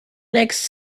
next